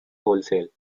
wholesale